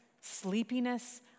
sleepiness